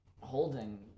holding